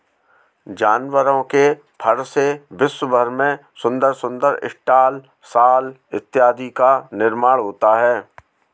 जानवरों के फर से विश्व भर में सुंदर सुंदर स्टॉल शॉल इत्यादि का निर्माण होता है